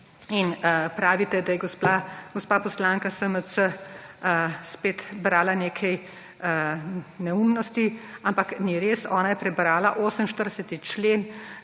In pravite, da je gospa poslanka SMC spet brala nekaj neumnosti. Ampak ni res, ona je prebrala 48. člen